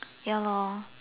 ya lor